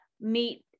meet